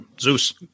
Zeus